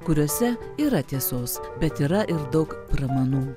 kuriuose yra tiesos bet yra ir daug pramanų